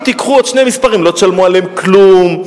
תיקחו עוד שני מספרים לא תשלמו עליהם כלום,